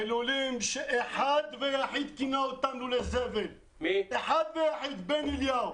בלולים שאחד ויחיד כינה אותם לולי זבל, בן אליהו,